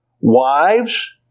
wives